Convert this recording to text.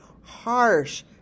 harsh